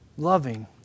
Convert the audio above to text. Loving